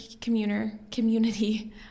Community